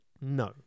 No